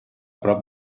prop